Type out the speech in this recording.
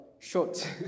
short